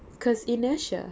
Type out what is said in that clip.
because inertia